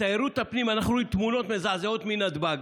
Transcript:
תיירות הפנים אנחנו רואים תמונות מזעזעות מנתב"ג.